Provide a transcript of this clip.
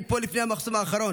אני פה לפני המחסום האחרון.